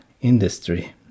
industry